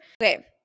okay